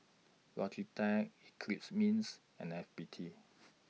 Logitech Eclipse Mints and F B T